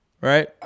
right